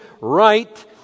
right